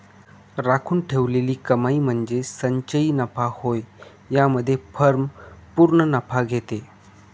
राखून ठेवलेली कमाई म्हणजे संचयी नफा होय यामध्ये फर्म पूर्ण नफा घेते